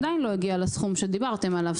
עדיין לא הגיע לסכום שדיברתם עליו.